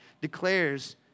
declares